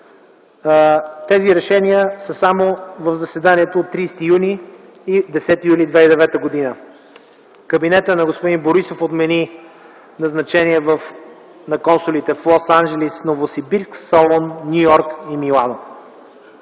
Тези решения са само от заседанията от 30 юни и 10 юли 2009 г. Кабинетът на господин Борисов отмени назначенията на консулите в Лос Анжелис, Новосибирск, Солун, Ню Йорк и Милано.